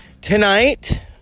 Tonight